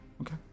okay